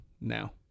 now